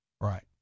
Right